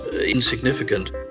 insignificant